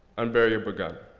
unburial begun.